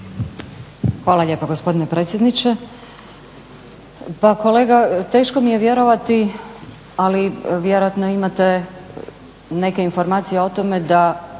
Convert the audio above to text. Hvala lijepa gospodine predsjedniče. Pa kolega, teško mi je vjerovati ali vjerojatno imate neke informacije o tome da